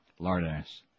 Lardass